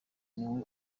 niwe